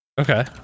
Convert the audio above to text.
Okay